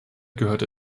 gehörte